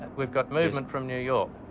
we've got movement from new york.